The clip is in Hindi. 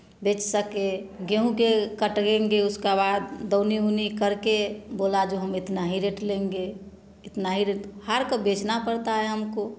बेच सके गेहूँ कटगेंगे उसका बाद दउनी उनी करके बोला जो हम इतना ही रेट लेंगे इतना ही रेट हार क बेचना पड़ता है हमको